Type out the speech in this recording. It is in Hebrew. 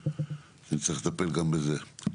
אני צריך לטפל גם בזה.